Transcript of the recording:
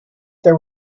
there